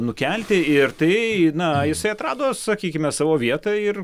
nukelti ir tai na jisai atrado sakykime savo vietą ir